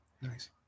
Nice